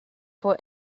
for